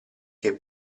che